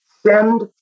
Send